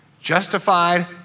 justified